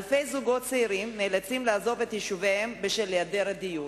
אלפי זוגות צעירים נאלצים לעזוב את יישוביהם בשל העדר דיור.